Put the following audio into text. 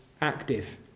active